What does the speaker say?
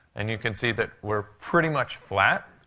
and you can see that we're pretty much flat.